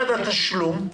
1. התשלום.